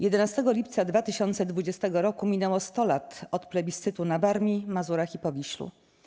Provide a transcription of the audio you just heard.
11 lipca 2020 r. minęło 100 lat od plebiscytu na Warmii, Mazurach i Powiślu.